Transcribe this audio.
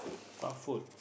what food